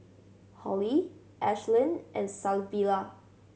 Hollie Ashlyn and Savilla